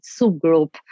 subgroup